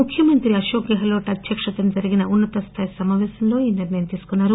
ముఖ్యమంత్రి అకోక్ గెహ్లోట్ అధ్యక్షతన జరిగిన ఉన్న తస్థాయి సమావేశంలో ఈ నిర్ణయం తీసుకున్నారు